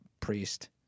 Priest